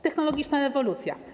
Technologiczna rewolucja.